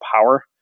power